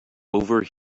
over